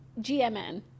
GMN